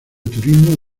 turismo